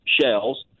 shells